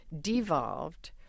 devolved